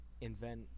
invent